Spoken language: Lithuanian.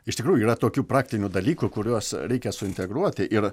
iš tikrųjų yra tokių praktinių dalykų kuriuos reikia suintegruoti ir